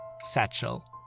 satchel